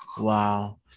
wow